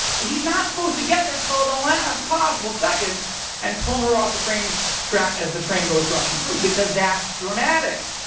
he's not supposed to get there till the last possible second and pull her off the train track as the train goes rushing through because that dramatic.